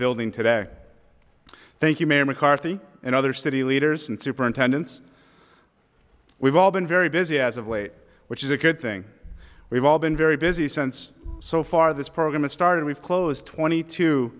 building today thank you mayor mccarthy and other city leaders and superintendents we've all been very busy as of late which is a good thing we've all been very busy sense so far this program has started we've closed twenty two